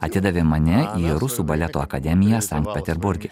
atidavė mane į rusų baleto akademiją sankt peterburge